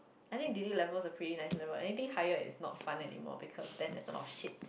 I think d_d level is the pretty nice level anything higher is not fun anymore because then there is a lot of shit